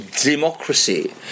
democracy